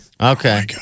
Okay